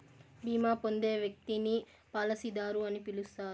బీమా పొందే వ్యక్తిని పాలసీదారు అని పిలుస్తారు